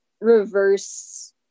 reverse